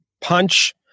punch